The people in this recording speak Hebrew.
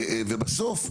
ובסוף,